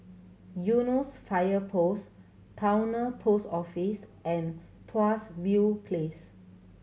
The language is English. Eunos Fire Post Towner Post Office and Tuas View Place